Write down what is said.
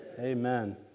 Amen